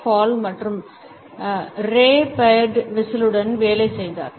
hall மற்றும் Ray Bird விசிலுடன் வேலை செய்தார்